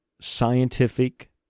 scientific